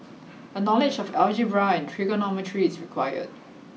a knowledge of algebra and trigonometry is required